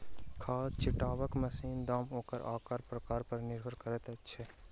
खाद छिटबाक मशीनक दाम ओकर आकार प्रकार पर निर्भर करैत अछि